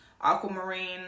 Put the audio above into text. aquamarine